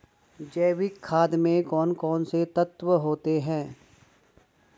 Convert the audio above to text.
जैविक खाद में कौन कौन से तत्व होते हैं?